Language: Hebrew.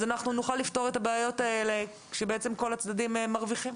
אז נוכל לפתור את הבעיות האלה כשכל הצדדים מרוויחים.